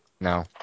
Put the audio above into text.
No